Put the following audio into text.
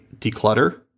declutter